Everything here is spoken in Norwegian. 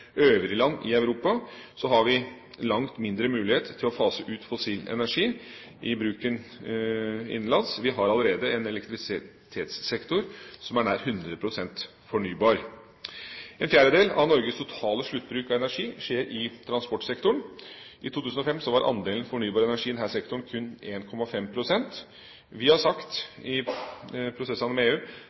øvrige land i Europa har vi langt mindre mulighet til å fase ut fossil energi i bruken innenlands. Vi har allerede en elektrisitetssektor som er nær 100 pst. fornybar. En fjerdedel av Norges totale sluttbruk av energi skjer i transportsektoren. I 2005 var andelen fornybar energi i denne sektoren kun 1,5 pst. Vi har sagt i prosessene med EU